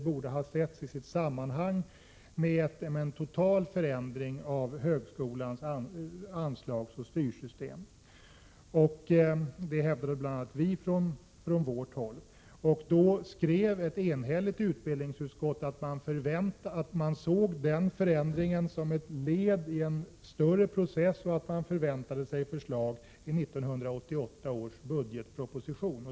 Bl.a. vi i folkpartiet hävdade att det borde ha tagits upp i sitt sammanhang, tillsammans med en total förändring av högskolans anslagsoch styrningssystem. Ett enhälligt utbildningsutskott skrev då att man såg den förändringen som ett led i en större process och att man väntade sig ytterligare förslag i 1988 års budgetproposition.